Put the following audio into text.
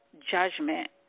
judgment